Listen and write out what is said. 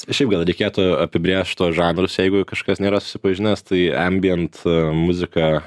šiaip gal reikėtų apibrėžt tuos žanrus jeigu kažkas nėra susipažinęs tai ambijent muzika